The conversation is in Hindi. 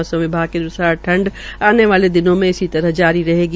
मौसम विभाग के अन्सार ठंड आने वाले दिनों में इसी तरह जारी रहेगी